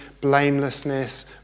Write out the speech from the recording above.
blamelessness